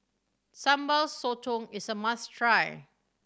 Sambal Sotong is a must try